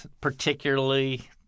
particularly